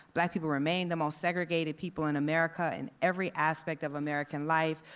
black people remain the most segregated people in america in every aspect of american life,